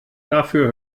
dafür